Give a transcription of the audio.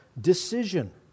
decision